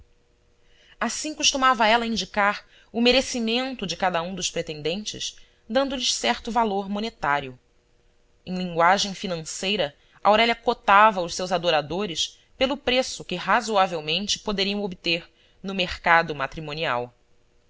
assim costumava ela indicar o merecimento de cada um dos pretendentes dando-lhes certo valor monetário em linguagem financeira aurélia cotava os seus adoradores pelo preço que razoavelmente poderiam obter no mercado matrimonial